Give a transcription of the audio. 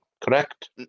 Correct